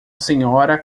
senhora